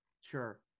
Sure